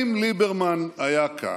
אם ליברמן היה כאן,